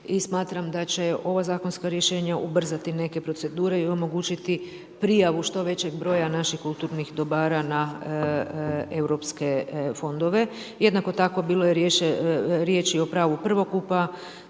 smatram da će ova zakonska rješenja ubrzati neke procedure i omogućiti prijavu što većeg broja naših kulturnih dobara na europske fondove. Jednako tako bilo je riječi o pravu prvokupa,